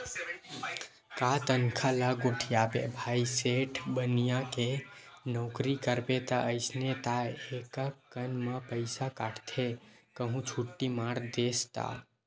का तनखा ल गोठियाबे भाई सेठ बनिया के नउकरी करबे ता अइसने ताय एकक कन म पइसा काटथे कहूं छुट्टी मार देस ता